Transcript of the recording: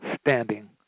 standing